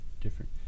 different